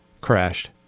crashed